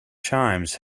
chimes